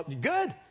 good